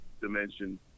dimension